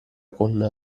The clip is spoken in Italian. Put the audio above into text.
con